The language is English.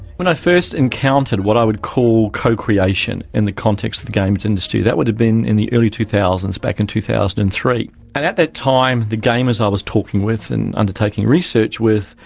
when i first encountered what i would call co-creation in the context of the games industry, that would have been in the early two thousand s, back in two thousand and three. and at the time the gamers i was talking with and undertaking research with,